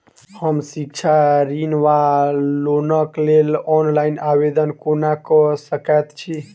हम शिक्षा ऋण वा लोनक लेल ऑनलाइन आवेदन कोना कऽ सकैत छी?